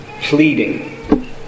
pleading